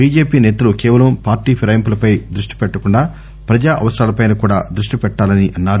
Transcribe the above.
BJP నేతలు కేవలం పార్లీ ఫిరాయింపులపై దృష్టి పెట్టకుండా పజా అవసరాలపై కూడా దృష్టి పెట్టాలని అన్నారు